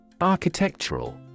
Architectural